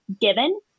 given